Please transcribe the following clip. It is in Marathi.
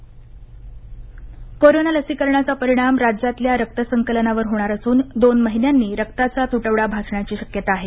कोरोना रक्ताचा तटवडा कोरोना लसीकरणाचा परिणाम राज्यातल्या रक्तसंकलनावर होणार असून दोन महिन्यांनी रक्ताचा तुटवडा भासण्याची शक्यता आहे